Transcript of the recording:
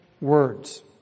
words